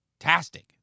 fantastic